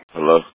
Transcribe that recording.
Hello